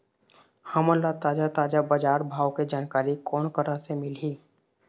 हमन ला ताजा ताजा बजार भाव के जानकारी कोन करा से मिलही?